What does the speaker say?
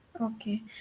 Okay